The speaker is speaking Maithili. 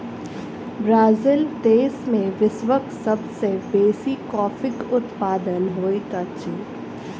ब्राज़ील देश में विश्वक सब सॅ बेसी कॉफ़ीक उत्पादन होइत अछि